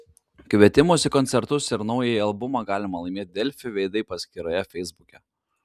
kvietimus į koncertus ir naująjį albumą galima laimėti delfi veidai paskyroje feisbuke